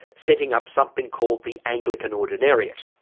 setting up something called the anglican ordinariate,